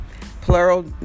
Plural